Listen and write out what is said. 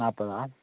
നൽപ്പതാണോ